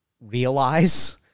realize